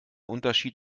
unterschied